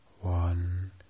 one